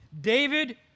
David